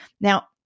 Now